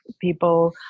people